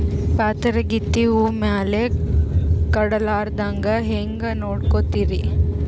ಪಾತರಗಿತ್ತಿ ಹೂ ಮ್ಯಾಲ ಕೂಡಲಾರ್ದಂಗ ಹೇಂಗ ನೋಡಕೋತಿರಿ?